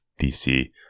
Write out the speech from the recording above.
DC –